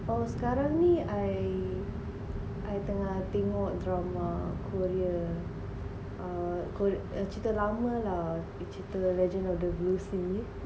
oh sekarang ni I I tengah tengok drama korea ah korea ah cerita lama lah cerita legend of the blue sea